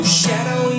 shadow